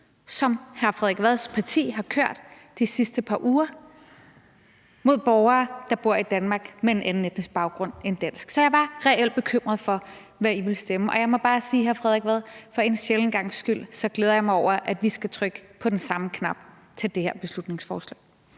som hr. Frederik Vads parti har kørt de sidste par uger mod borgere, der bor i Danmark, med en anden etnisk baggrund end dansk. Så jeg var reelt bekymret for, hvad I ville stemme. Og jeg må sige, hr. Frederik Vad, at for en sjælden gangs skyld glæder jeg mig over, at vi skal trykke på den samme knap til det her beslutningsforslag.